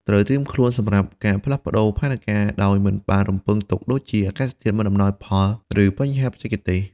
ត្រូវត្រៀមខ្លួនសម្រាប់ការផ្លាស់ប្តូរផែនការដោយមិនបានរំពឹងទុក ដូចជាអាកាសធាតុមិនអំណោយផល ឬបញ្ហាបច្ចេកទេស។